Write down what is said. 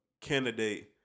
candidate